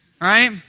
right